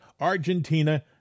Argentina